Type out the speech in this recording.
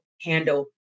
handle